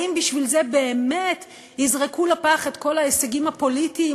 האם בשביל זה באמת יזרקו לפח את כל ההישגים הפוליטיים,